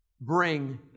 bring